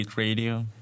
radio